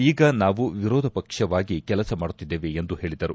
ಈಗ ನಾವು ವಿರೋಧ ಪಕ್ಷವಾಗಿ ಕೆಲಸ ಮಾಡುತ್ತಿದ್ದೇವೆ ಎಂದು ಹೇಳಿದರು